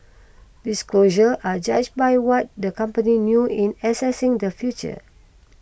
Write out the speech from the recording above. disclosures are judged by what the company knew in assessing the future